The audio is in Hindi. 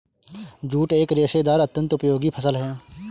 जूट एक रेशेदार अत्यन्त उपयोगी फसल है